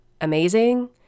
amazing